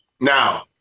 Now